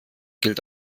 gilt